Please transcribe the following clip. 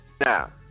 Now